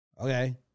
okay